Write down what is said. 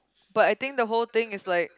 but I think the whole thing is like